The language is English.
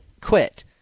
quit